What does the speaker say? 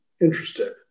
interested